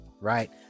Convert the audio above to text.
right